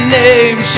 name